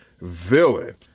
villain